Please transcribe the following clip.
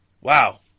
Wow